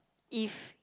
if